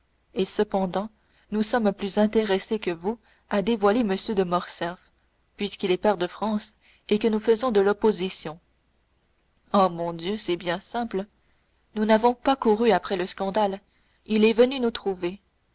et cependant nous sommes plus intéressés que vous à dévoiler m de morcerf puisqu'il est pair de france et que nous faisons de l'opposition oh mon dieu c'est bien simple nous n'avons pas couru après le scandale il est venu nous trouver